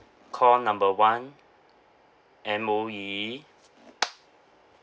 call number one M_O_E